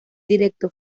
directo